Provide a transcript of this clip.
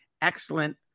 excellent